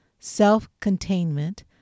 self-containment